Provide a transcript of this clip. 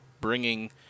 bringing